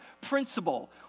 principle